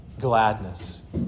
gladness